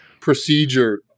procedure